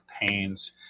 pains